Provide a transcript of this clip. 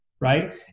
right